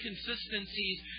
inconsistencies